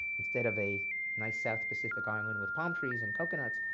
instead of a nice south pacific island with palm trees and coconuts,